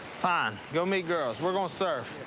fine, go meet girls. we're gonna surf.